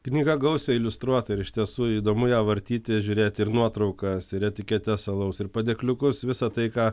knyga gausiai iliustruota ir iš tiesų įdomu ją vartyti žiūrėti ir nuotraukas ir etiketes alaus ir padėkliukus visa tai ką